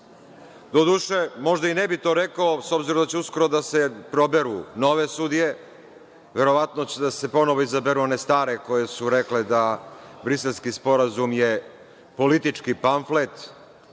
Doduše, možda i ne bi to rekao s obzirom da će uskoro da se proberu nove sudije. Verovatno će da se ponovo izaberu one stare, koje su rekle da Briselski sporazum je politički pamflet,